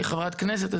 כחברת כנסת.